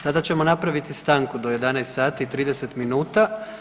Sada ćemo napraviti stanku do 11 sati i 30 minuta.